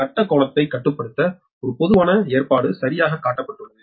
எனவே ஒரு பூஸ்டர் மின்மாற்றி கொண்ட கட்டத்திற்கான ஒரு பொதுவான ஏற்பாடு சரியாக காட்டப்பட்டுள்ளது